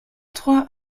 trois